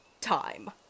time